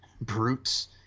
brutes